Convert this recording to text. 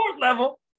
level